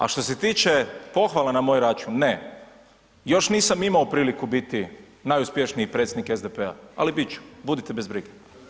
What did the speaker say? A što se tiče pohvala na moj račun, ne, još nisam imao priliku biti najuspješniji predsjednik SDP-a ali bit ću, budite bez brige.